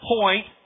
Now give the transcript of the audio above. point